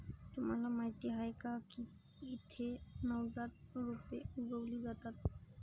तुम्हाला माहीत आहे का की येथे नवजात रोपे उगवली जातात